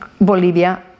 Bolivia